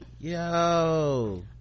Yo